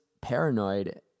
paranoid